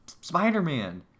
Spider-Man